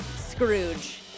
scrooge